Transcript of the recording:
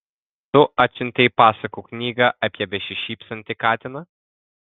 tu atsiuntei pasakų knygą apie besišypsantį katiną